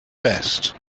best